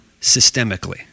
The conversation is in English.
systemically